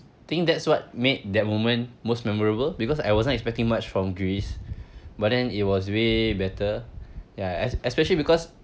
think that's what made that moment most memorable because I wasn't expecting much from greece but then it was way better ya esp~ especially because